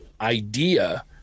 idea